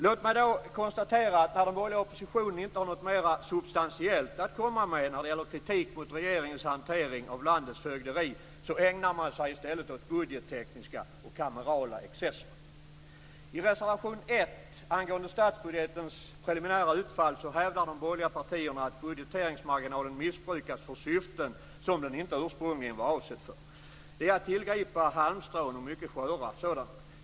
Låt mig då konstatera att när den borgerliga oppositionen inte har något mer substantiellt att komma med när det gäller kritik mot regeringens hantering av landets fögderi så ägnar man sig i stället åt budgettekniska och kamerala excesser. I reservation 1 angående statsbudgetens preliminära utfall hävdar de borgerliga partierna att budgeteringsmarginalen missbrukats för syften som den inte ursprungligen var avsedd för. Det är att tillgripa halmstrån, och mycket sköra sådana.